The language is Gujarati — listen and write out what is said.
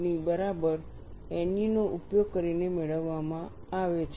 અને આ 13 ના બરાબર nu નો ઉપયોગ કરીને મેળવવામાં આવે છે